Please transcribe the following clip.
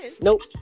Nope